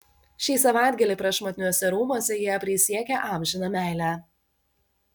šį savaitgalį prašmatniuose rūmuose jie prisiekė amžiną meilę